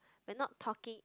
we're not talking